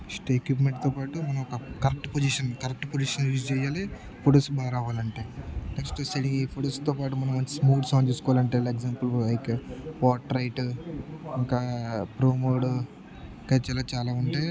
ఎక్విప్మెంట్తో పాటు మనం ఒక correct position correct position use చేయాలి ఫొటోస్ బాగా రావాలంటే నెక్స్ట్ సెల్ ఫొటోస్తో పాటు మనం మోడ్స్ ఆన్ చేసుకోవాలి అంటే ఫర్ ఎక్సాంపుల్ పోట్రేట్ ఇంకా ప్రో మోడ్ క్యాచ్లో చాలా ఉంటాయి